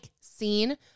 scene